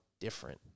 different